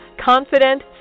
Confident